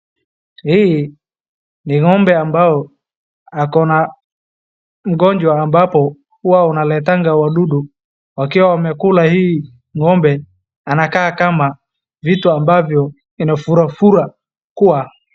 Hii ni ng'ombe ambaye ako na ungonjwa ambapo huwa unaletanga wadudu wakiwa wamekula hii ng'ombe anakaa kama vitu ambavyo inafurafura kuwa.